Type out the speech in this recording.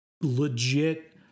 legit